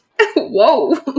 Whoa